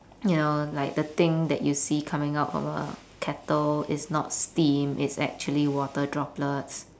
you know like the thing that you see coming out from a kettle is not steam it's actually water droplets